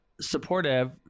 supportive